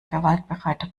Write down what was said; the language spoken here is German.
gewaltbereiter